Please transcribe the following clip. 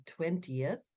20th